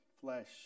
flesh